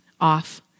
off